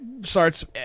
Starts